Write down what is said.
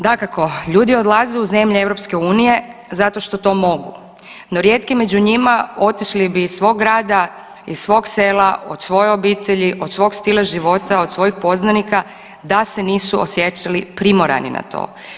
Dakako ljudi odlaze u zemlje EU zato što to mogu, no rijetki među njima otišli bi iz svog grada, iz svog sela, od svoje obitelji, od svog stila života, od svojih poznanika da se nisu osjećali primorani na to.